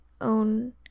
own